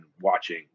watching